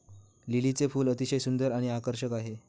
लिलीचे फूल अतिशय सुंदर आणि आकर्षक आहे